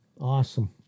Awesome